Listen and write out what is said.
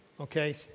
Okay